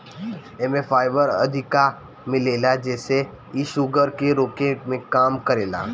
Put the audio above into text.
एमे फाइबर अधिका मिलेला जेसे इ शुगर के रोके में काम करेला